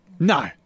No